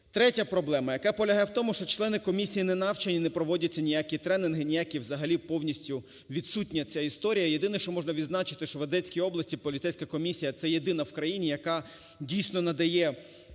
Третя проблема, яка полягає в тому, що члени комісії не навчені, не проводяться ніякі тренінги, ніякі взагалі, повністю відсутня ця історія. Єдине, що можна відзначити, що в Одеській області поліцейська комісія – це єдина в країні, яка дійсно надає